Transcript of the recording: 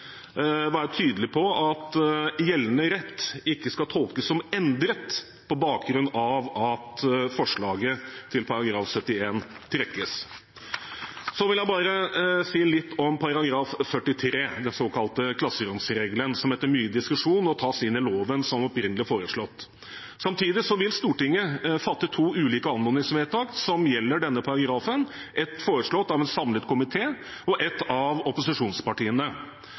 var ønskelig. Etter en samlet vurdering har komiteen da valgt å ikke fremme proposisjonens forslag til § 71, men vi vil fra komiteens side være tydelig på at gjeldende rett ikke skal tolkes som endret på bakgrunn av at forslaget fra proposisjonen til § 71 trekkes. Så vil jeg si litt om § 43, den såkalte klasseromsregelen, som etter mye diskusjon nå tas inn i loven som opprinnelig foreslått. Samtidig vil Stortinget fatte to ulike anmodningsvedtak som